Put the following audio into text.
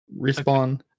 Respawn